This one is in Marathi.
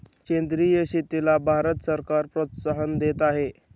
सेंद्रिय शेतीला भारत सरकार प्रोत्साहन देत आहे